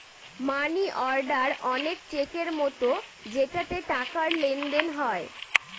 মানি order অনেক চেকের মতো যেটাতে টাকার লেনদেন হয়